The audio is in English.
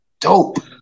Dope